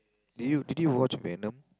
did you did you watch Venom